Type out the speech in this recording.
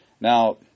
Now